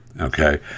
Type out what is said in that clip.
okay